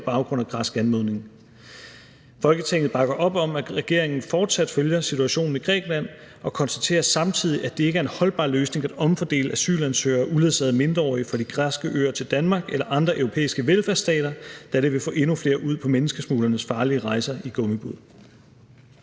baggrund af græsk anmodning. Folketinget bakker op om, at regeringen fortsat følger situationen i Grækenland, og konstaterer samtidig, at det ikke er en holdbar løsning at omfordele asylansøgere og uledsagede mindreårige fra de græske øer til Danmark eller andre europæiske velfærdsstater, da det vil få endnu flere ud på menneskesmuglernes farlige rejser i gummibåde.«